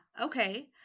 okay